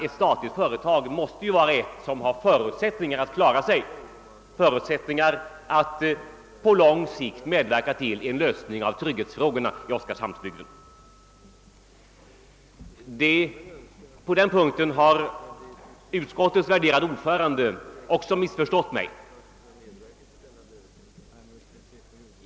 Ett statligt företag måste ju vara ett som har förutsättningar att klara sig — har förutsättningar att på lång sikt medverka till en lösning av trygghetsfrågorna i oskarshamnsbygden. På den punkten har utskottets värderade ordförande också missförstått mig.